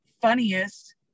funniest